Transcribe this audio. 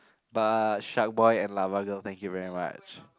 but shark boy and lava girl thank you very much